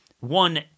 One